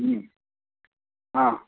हॅं हॅं